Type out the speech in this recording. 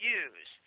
use